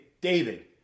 David